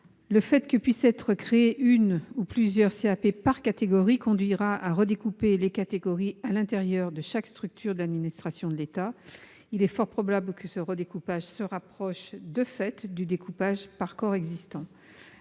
Le fait que puissent être créées « une ou plusieurs » CAP par catégorie conduira à redécouper les catégories à l'intérieur de chaque structure de l'administration de l'État. Il est fort probable que ce redécoupage se rapproche, de fait, du découpage par corps existant.